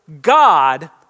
God